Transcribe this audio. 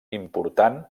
important